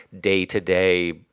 day-to-day